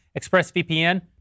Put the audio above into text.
ExpressVPN